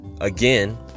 again